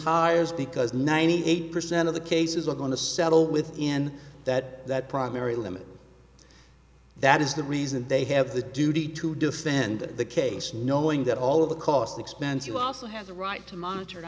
is because ninety eight percent of the cases are going to settle within that that primary limit that is the reason they have the duty to defend the case knowing that all of the cost expense you also have the right to monitor